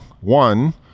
one